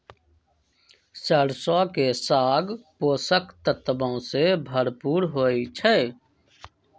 सरसों के साग पोषक तत्वों से भरपूर होई छई